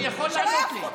הוא יכול לענות לי.